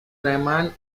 rahman